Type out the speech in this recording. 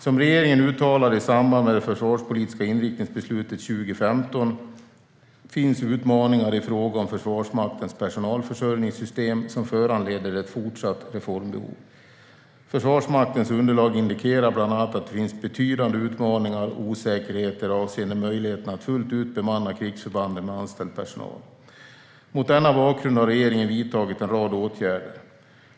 Som regeringen uttalade i samband med det försvarspolitiska inriktningsbeslutet 2015 finns utmaningar i fråga om Försvarsmaktens personalförsörjningssystem som föranleder ett fortsatt reformbehov. Försvarsmaktens underlag indikerar bland annat att det finns betydande utmaningar och osäkerheter avseende möjligheterna att fullt ut bemanna krigsförbanden med anställd personal. Mot denna bakgrund har regeringen vidtagit en rad åtgärder.